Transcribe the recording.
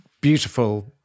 beautiful